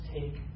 take